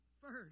first